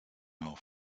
auf